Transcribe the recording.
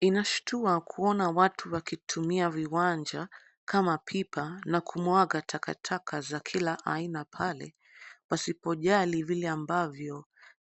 Inashtua kuona watu wakitumia viwanja kama pipa na kumwaga takataka za kila aina pale, wasipojali vile ambavyo